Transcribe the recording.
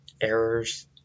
errors